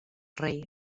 rei